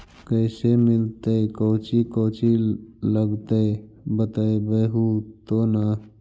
कैसे मिलतय कौची कौची लगतय बतैबहू तो न?